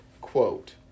quote